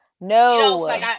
No